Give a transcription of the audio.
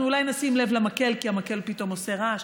אנחנו אולי נשים לב למקל כי המקל פתאום עושה רעש,